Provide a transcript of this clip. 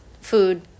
food